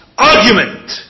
Argument